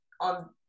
on